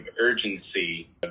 urgency